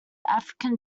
african